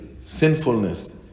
sinfulness